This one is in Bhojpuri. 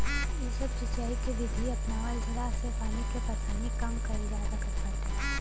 इ सब सिंचाई के विधि अपनवला से पानी के परेशानी के कम कईल जा सकत बाटे